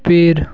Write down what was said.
पेड़